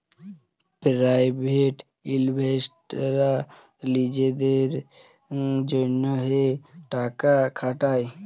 private ইলভেস্টাররা লিজেদের জ্যনহে টাকা খাটায়